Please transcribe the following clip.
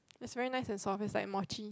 it's very nice and soft is like mochi